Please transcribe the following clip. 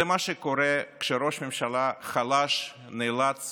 זה מה שקורה כשראש ממשלה חלש נאלץ